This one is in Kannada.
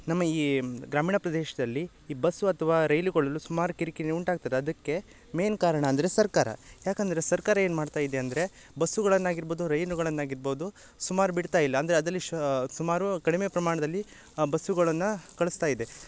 ನಮ್ಮ ಈ ಗ್ರಾಮೀಣ ಪ್ರದೇಶದಲ್ಲಿ ಈ ಬಸ್ಸು ಅಥ್ವ ರೈಲು ಕೊಳ್ಳಲು ಸುಮಾರು ಕಿರಿಕಿರಿ ಉಂಟಾಗ್ತದೆ ಅದಕ್ಕೆ ಮೇನ್ ಕಾರಣ ಅಂದರೆ ಸರ್ಕಾರ ಯಾಕಂದರೆ ಸರ್ಕಾರ ಏನು ಮಾಡ್ತಾಯಿದೆ ಅಂದರೆ ಬಸ್ಸುಗಳನ್ನಾಗಿರ್ಬೋದು ರೈಲುಗಳನ್ನಾಗಿರ್ಬೋದು ಸುಮಾರು ಬಿಡ್ತಾಯಿಲ್ಲ ಅಂದರೆ ಅದರಲ್ಲಿ ಶ ಸುಮಾರು ಕಡಿಮೆ ಪ್ರಮಾಣದಲ್ಲಿ ಬಸ್ಸುಗಳನ್ನ ಕಳಸ್ತಾಯಿದೆ